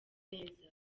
neza